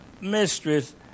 mistress